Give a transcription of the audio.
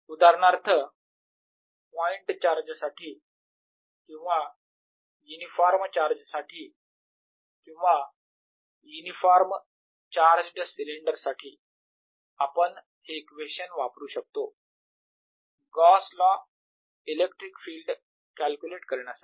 उदाहरणार्थ point charge साठी किंवा युनिफॉर्म चार्ज साठी किंवा युनिफॉर्म चार्ज्ड सिलेंडर साठी आपण हे इक्वेशन वापरू शकतो Gauss law Gauss's law electric field calculate करण्यासाठी